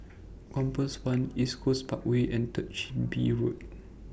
Compass one East Coast Parkway and Third Chin Bee Road